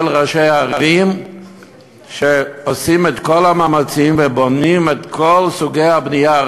של ראשי ערים שעושים את כל המאמצים ובונים את כל סוגי הבנייה,